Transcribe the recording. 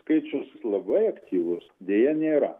skaičius labai aktyvus deja nėra